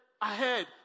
Ahead